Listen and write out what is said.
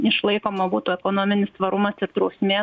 išlaikoma būtų ekonominis tvarumas ir drausmė